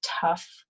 tough